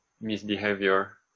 misbehavior